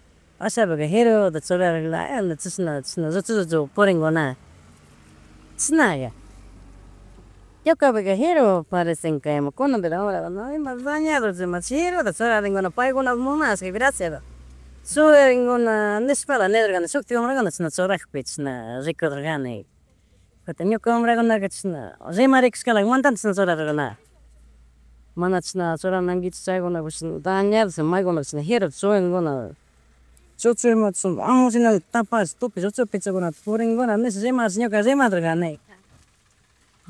Jirutada churarik layayata chashan chasna lluchullallachu purinkuna, chishna. Ñukapika jiro parecenka ima kunaka ka wambrakunan na ima dañador ima giruta churarinkuna paikuna munashka graciata churarinkuna neshpala nedorkuna shuntik wambrakuna chishna churakpi chishna rikudur kani kutin ñuka wambrakuna chishna rimarikushkala mana tanto chishna churaridurka, mana chishna churanakanckichik chaygunapish dañados maykunaka chishna jiruta churanakuna, chuchu ima chashna amullinalata tapash tukuy lluchu pechogunata purinkuna nesh rimarish ñuka remador kanika.